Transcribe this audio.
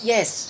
Yes